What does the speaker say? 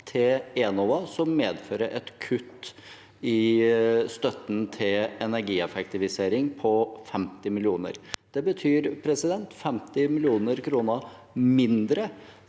til Enova som medfører et kutt i støtten til energieffektivisering på 50 mill. kr. Det betyr 50 mill. kr mindre